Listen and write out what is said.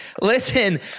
Listen